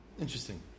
Interesting